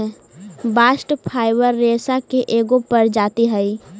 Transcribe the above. bast fibre रेसा के एगो प्रजाति हई